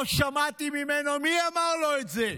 לא שמעתי ממנו מי אמר לו את זה,